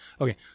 Okay